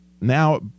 now